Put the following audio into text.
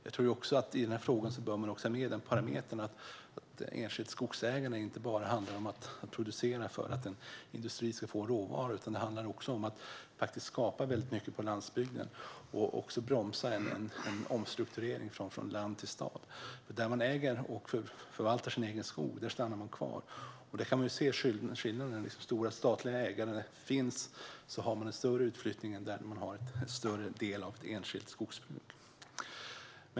I denna fråga bör man också ha med parametern att enskilt skogsägande inte bara handlar om att producera för att en industri ska få råvaror, utan det handlar också om ett skapande på landsbygden och att bromsa en omstrukturering från land till stad. Där man äger och förvaltar sin egen skog stannar man kvar. Vi kan se skillnaden: Där det finns stora statliga ägare har man en större utflyttning än där det finns en större del enskilda skogsbruk.